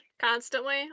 constantly